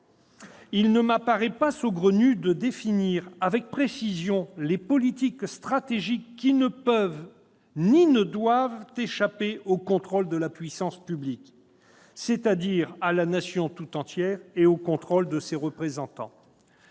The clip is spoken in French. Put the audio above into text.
il ne m'apparaît pas saugrenu de définir avec précision les politiques stratégiques qui ne peuvent ni ne doivent échapper au contrôle de la puissance publique, c'est-à-dire de la Nation tout entière, par le biais de ses représentants.